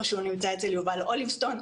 או שהוא נמצא אצל יובל אוליבסטון,